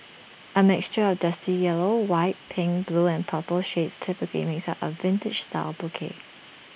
A mixture of dusty yellow white pink blue and purple shades typically makes up A vintage style bouquet